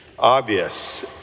obvious